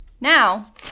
Now